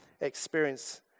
experience